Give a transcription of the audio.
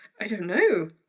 i don't know.